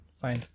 fine